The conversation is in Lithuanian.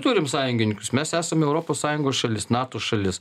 turim sąjungininkus mes esam europos sąjungos šalis nato šalis